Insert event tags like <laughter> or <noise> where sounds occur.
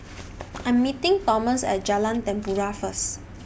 <noise> I'm meeting Thomas At Jalan Tempua First